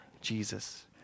Jesus